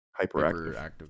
hyperactive